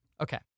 Okay